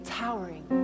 towering